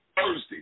Thursday